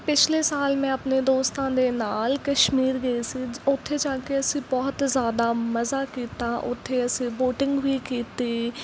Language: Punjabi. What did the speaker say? ਪਿਛਲੇ ਸਾਲ ਮੈਂ ਆਪਣੇ ਦੋਸਤਾਂ ਦੇ ਨਾਲ ਕਸ਼ਮੀਰ ਗਈ ਸੀ ਉੱਥੇ ਜਾ ਕੇ ਅਸੀਂ ਬਹੁਤ ਜ਼ਿਆਦਾ ਮਜ਼ਾ ਕੀਤਾ ਉੱਥੇ ਅਸੀਂ ਬੋਟਿੰਗ ਵੀ ਕੀਤੀ